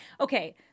Okay